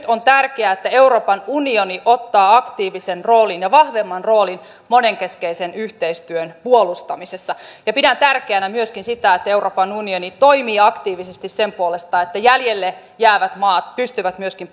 on tärkeää että euroopan unioni ottaa aktiivisen roolin ja vahvemman roolin monenkeskisen yhteistyön puolustamisessa ja pidän tärkeänä myöskin sitä että euroopan unioni toimii aktiivisesti sen puolesta että jäljelle jäävät maat pystyvät myöskin